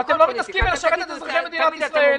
שאתם לא מתעסקים בלשרת את אזרחי מדינת ישראל,